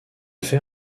fait